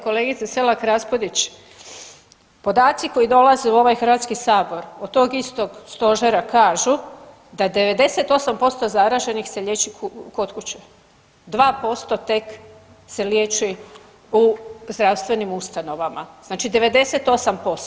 Kolegice Selak Raspudić, podaci koji dolaze u ovaj HS od tog istog stožera kažu da 98% zaraženih se liječi kod kuće, 2% tek se liječi u zdravstvenim ustanovama, znači 98%